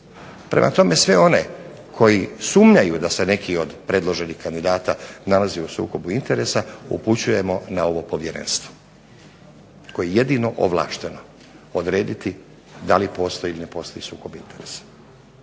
Prema tome sve one koji sumnjaju da se neki od predloženih kandidata nalazi u sukobu interesa, upućujemo na ovo povjerenstvo, koje je jedino ovlašteno odrediti da li postoji ili ne postoji sukob interesa.